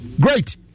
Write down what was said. Great